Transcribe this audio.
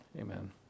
Amen